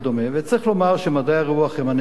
צריך לומר שמדעי הרוח הם הנשמה